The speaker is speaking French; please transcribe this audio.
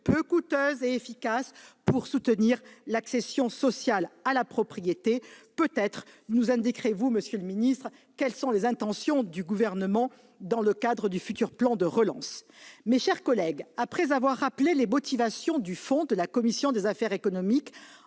peu coûteuse et efficace pour soutenir l'accession sociale à la propriété. Peut-être nous indiquerez-vous, monsieur le ministre, les intentions du Gouvernement dans le cadre du futur plan de relance. Mes chers collègues, après avoir rappelé les motivations de fond de la commission en faveur d'une